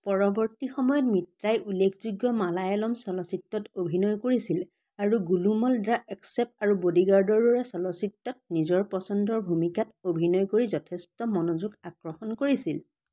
পৰৱৰ্তী সময়ত মিত্ৰাই উলেখযোগ্য মালায়ালম চলচ্চিত্তত অভিনয় কৰিছিল আৰু গুলুমল দা এস্কেপ আৰু বডিগাৰ্ডৰ দৰে চলচ্চিত্তত নিজৰ পচন্দৰ ভূমিকাত অভিনয় কৰি যথেষ্ট মনোযোগ আকৰ্ষণ কৰিছিল